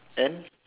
and